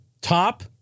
top